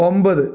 ഒമ്പത്